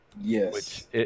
Yes